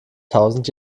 tausend